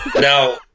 Now